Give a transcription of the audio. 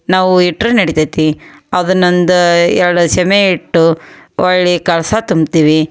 ನಾವು ಇಟ್ಟರೆ ನಡಿತೈತೆ ಅದನ್ನೊಂದು ಎರಡೇ ಶಮೆ ಇಟ್ಟು ಹೊರ್ಳಿ ಕಳಶ ತುಂಬ್ತೀವಿ